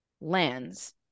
lands